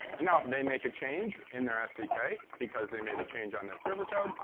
and now if they make a change in their sdk because they made a change on their server code,